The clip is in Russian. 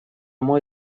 мой